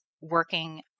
working